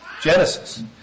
Genesis